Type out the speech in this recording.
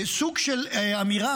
סוג של אמירה: